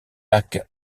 lacs